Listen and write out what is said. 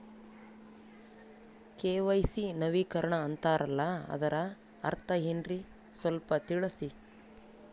KYC ನವೀಕರಣ ಅಂತಾರಲ್ಲ ಅದರ ಅರ್ಥ ಏನ್ರಿ ಸ್ವಲ್ಪ ತಿಳಸಿ?